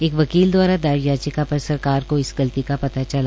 एक वकील द्वारा दायर याचिका पर सरकार को इसका पता चला